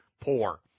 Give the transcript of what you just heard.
poor